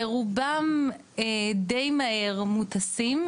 רובם די מהר מוטסים,